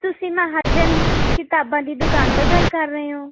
ਤੁਸੀਂ ਮਹਾਂਜਨ ਕਿਤਾਬਾਂ ਦੀ ਦੁਕਾਨ ਤੋਂ ਗੱਲ ਕਰ ਰਹੇ ਹੋ